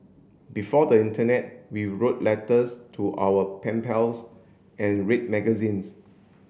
before the Internet we wrote letters to our pen pals and read magazines